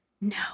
No